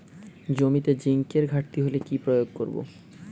জমিতে জিঙ্কের ঘাটতি হলে কি প্রয়োগ করব?